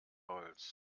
holz